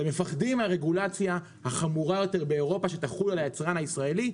אתם מפחדים מהרגולציה החמורה יותר באירופה שתחול על היצרן הישראלי.